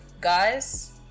Guys